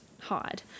hide